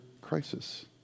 crisis